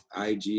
ig